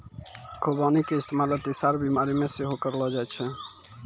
खुबानी के इस्तेमाल अतिसार बिमारी मे सेहो करलो जाय छै